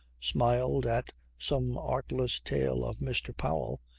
smiled at some artless tale of mr. powell,